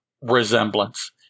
resemblance